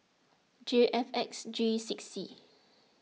J F X G six C